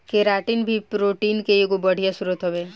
keratin भी protein के एगो बढ़िया स्रोत हवे